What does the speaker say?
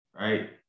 Right